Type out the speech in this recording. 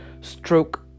stroke